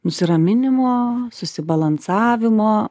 nusiraminimo susibalansavimo